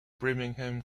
birmingham